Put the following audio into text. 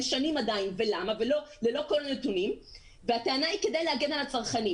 משנים והטענה היא שזה כדי להגן על הצרכנים